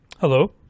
Hello